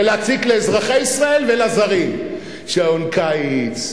בלהציק לאזרחי ישראל ולזרים, שעון קיץ,